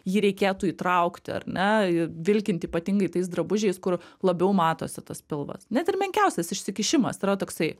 jį reikėtų įtraukti ar ne vilkinti ypatingai tais drabužiais kur labiau matosi tas pilvas net ir menkiausias išsikišimas yra toksai